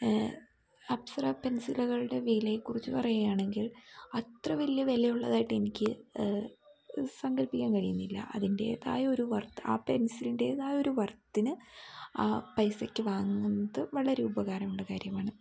അപ്സര പെൻസിലുകളുടെ വിലയെക്കുറിച്ച് പറയുകയാണെങ്കിൽ അത്ര വലിയ വിലയുള്ളതായിട്ട് എനിക്ക് സങ്കല്പ്പിക്കാൻ കഴിയുന്നില്ല അതിന്റേതായ ഒരു വർത്ത് ആ പെൻസിലിൻ്റെേതായ ഒരു വർത്തിന് ആ പൈസക്ക് വാങ്ങുന്നത് വളരെ ഉപകാരമുള്ള കാര്യമാണ്